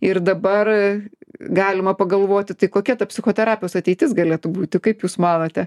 ir dabar galima pagalvoti tai kokia ta psichoterapijos ateitis galėtų būti kaip jūs manote